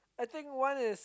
I think one is